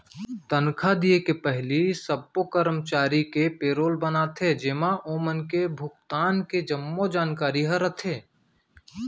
तनखा दिये के पहिली सब्बो करमचारी के पेरोल बनाथे जेमा ओमन के भुगतान के जम्मो जानकारी ह रथे